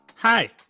Hi